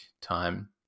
time